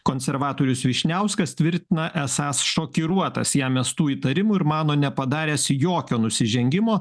konservatorius vyšniauskas tvirtina esąs šokiruotas jam mestų įtarimų ir mano nepadaręs jokio nusižengimo